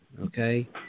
Okay